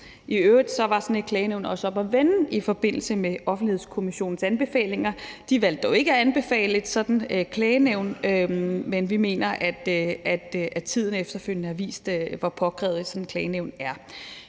I øvrigt var sådan et klagenævn også oppe at vende i forbindelse med Offentlighedskommissionens anbefalinger. De valgte dog ikke at anbefale et sådant klagenævn, men vi mener, at tiden efterfølgende har vist, hvor påkrævet et sådant klagenævn er.